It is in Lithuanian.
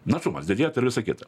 našumas didėtų ir visa kita